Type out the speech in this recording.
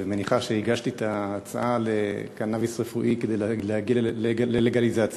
ומניחה שהגשתי את ההצעה לקנאביס רפואי כדי להגיע ללגליזציה,